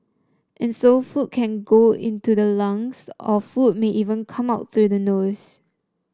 and so food can go into the lungs or food may even come up through the noise